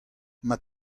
mat